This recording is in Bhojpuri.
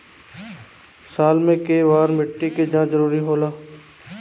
साल में केय बार मिट्टी के जाँच जरूरी होला?